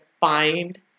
find